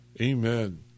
Amen